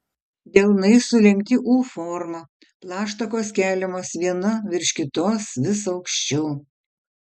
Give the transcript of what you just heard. delnai sulenkti u forma plaštakos keliamos viena virš kitos vis aukščiau